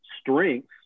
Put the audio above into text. strengths